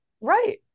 right